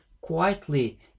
quietly